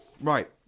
right